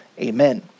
Amen